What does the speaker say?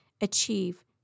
achieve